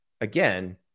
again